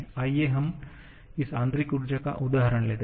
आइए हम इस आंतरिक ऊर्जा का उदाहरण लेते हैं